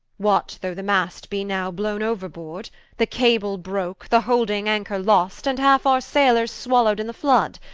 what though the mast be now blowne ouer-boord, the cable broke, the holding-anchor lost, and halfe our saylors swallow'd in the flood?